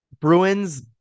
Bruins